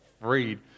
freed